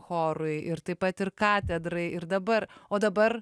chorui ir taip pat ir katedrai ir dabar o dabar